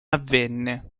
avvenne